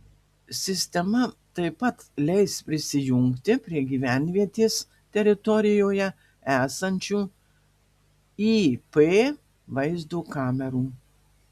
sistema taip pat leis prisijungti prie gyvenvietės teritorijoje esančių ip vaizdo kamerų